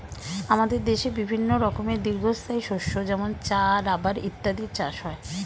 আমাদের দেশে বিভিন্ন রকমের দীর্ঘস্থায়ী শস্য যেমন চা, রাবার ইত্যাদির চাষ হয়